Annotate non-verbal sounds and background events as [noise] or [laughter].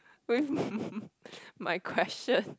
[laughs] my question